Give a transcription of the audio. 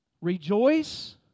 Rejoice